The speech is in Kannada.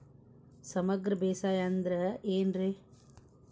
ಸಮಗ್ರ ಬೇಸಾಯ ಅಂದ್ರ ಏನ್ ರೇ?